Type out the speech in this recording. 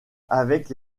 avec